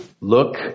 look